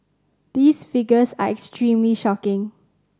these figures are extremely shocking